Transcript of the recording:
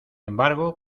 embargo